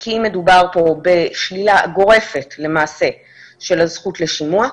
כי מדובר פה בשלילה גורפת למעשה של הזכות לשימוע.